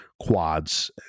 quads